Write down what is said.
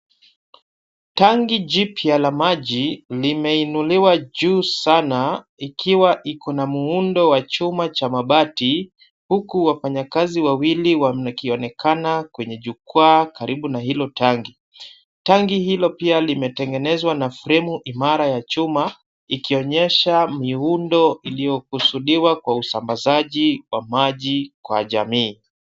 Tanki jipya la maji limeinuliwa juu sana ikiwa iko na muundo wa chuma cha mabati, huku wafanyakazi wawili wakionekana kwenye jukwaa karibu na hilo tanki. Tanki hilo pia limetengenezwa na fremu imara ya chuma, ikionyesha miundo iliyokusudiwa kwa usambazaji wa maji kwa jamii.